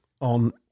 on